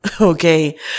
okay